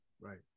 right